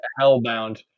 Hellbound